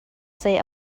zei